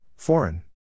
Foreign